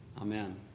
Amen